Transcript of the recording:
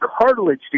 cartilage